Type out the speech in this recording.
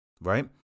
right